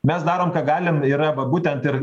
mes darom ką galim yra va būtent ir